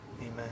amen